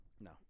No